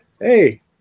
hey